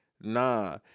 nah